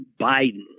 Biden